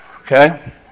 okay